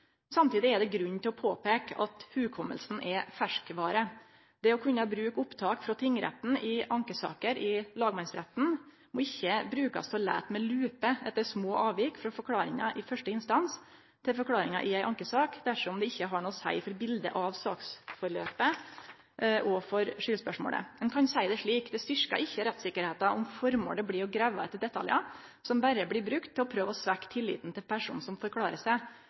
Samtidig er det grunn til å påpeike at minnet er ferskvare. Det å kunne bruke opptak frå tingretten i ankesaker i lagmannsretten må ikkje brukast til å leite med lupe etter små avvik frå forklaringa i førsteinstans til forklaringa i ei ankesak dersom dette ikkje har noko å seie for biletet av saksforløpet og for skuldspørsmålet. Ein kan seie det slik: Det styrkjer ikkje rettssikkerheita om føremålet blir å grave etter detaljar som berre blir brukte til å prøve å svekkje tilliten til personen som forklarer seg.